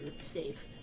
save